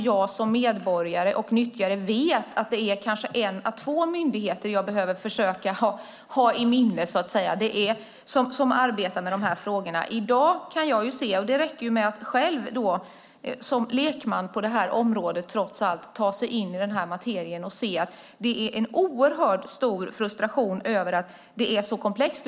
Jag som medborgare och nyttjare ska veta att det är en eller två myndigheter som arbetar med de här frågorna som jag behöver försöka ha i minnet. I dag räcker det med att själv, som lekman på det här området, ta sig in i den här materien för att se att det finns en oerhört stor frustration över att det är så komplext.